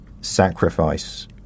sacrifice